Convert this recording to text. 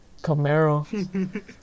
Camaro